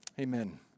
Amen